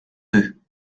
deux